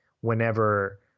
Whenever